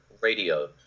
Radio